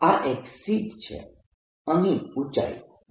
આ એક શીટ છે અહીં ઊચાઇ z છે